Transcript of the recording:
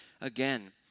again